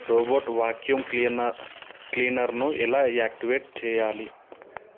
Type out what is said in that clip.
robot vacuum clean క్లీనర్ను ఎలా activate చేయాలి